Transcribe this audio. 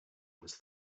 was